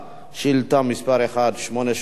שאילתא מס' 1880,